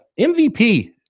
MVP